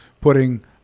putting